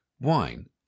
wine